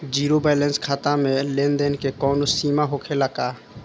Zero balance खाता में लेन देन के कवनो सीमा होखे ला का?